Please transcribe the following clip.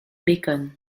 bacon